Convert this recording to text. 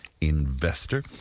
investor